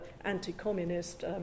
anti-communist